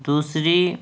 دوسری